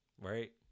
right